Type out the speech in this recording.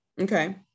Okay